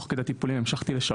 תוך כדי הטיפולים המשכתי לשרת,